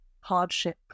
hardship